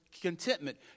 contentment